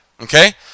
Okay